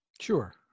Sure